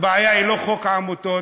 הבעיה היא לא חוק העמותות,